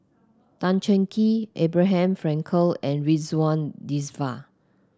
Tan Cheng Kee Abraham Frankel and Ridzwan Dzafir